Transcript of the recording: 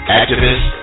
activist